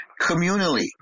communally